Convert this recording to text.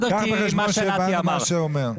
במה שנתי אמר.